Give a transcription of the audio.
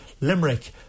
Limerick